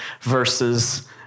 versus